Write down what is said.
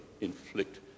inflict